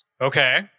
Okay